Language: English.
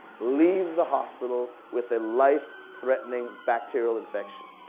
leave the hospital with a life threatening bacterial infection,